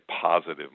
positive